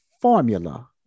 formula